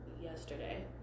yesterday